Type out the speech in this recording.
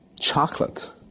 chocolate